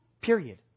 period